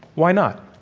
why not?